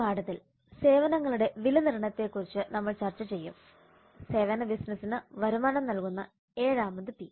ഈ പാഠത്തിൽ സേവനങ്ങളുടെ വിലനിർണ്ണയത്തെക്കുറിച്ച് നമ്മൾ ചർച്ച ചെയ്യും സേവന ബിസിനസിന് വരുമാനം നൽകുന്ന 7 ാമത് പി